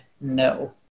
no